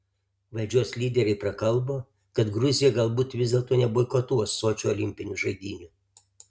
valdžios lyderiai prakalbo kad gruzija galbūt vis dėlto neboikotuos sočio olimpinių žaidynių